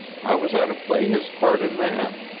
how was i to play his part in that?